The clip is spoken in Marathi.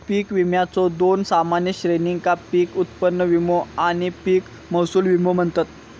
पीक विम्याच्यो दोन सामान्य श्रेणींका पीक उत्पन्न विमो आणि पीक महसूल विमो म्हणतत